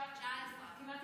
כמעט